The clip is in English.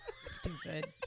Stupid